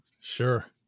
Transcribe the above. Sure